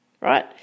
right